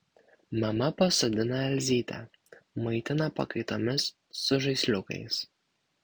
mama pasodina elzytę maitina pakaitomis su žaisliukais